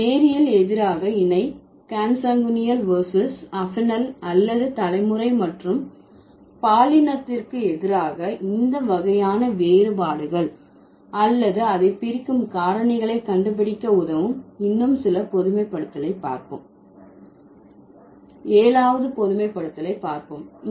இந்த நேரியல் எதிராக இணை கான்சங்குனியல் வெர்சஸ் அஃபினல் அல்லது தலைமுறை மற்றும் பாலினத்திற்கு எதிராக இந்த வகையான வேறுபாடுகள் அல்லது அதை பிரிக்கும் காரணிகளை கண்டுபிடிக்க உதவும் இன்னும் சில பொதுமைப்படுத்தலை பார்ப்போம் 7வது பொதுமைப்படுத்தலை பார்ப்போம்